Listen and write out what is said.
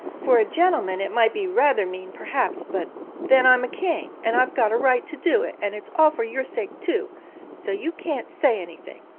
for a gentleman, it might be rather mean, perhaps, but then i'm a king, and i've got a right to do it, and it's all for your sake, too so you can't say anything.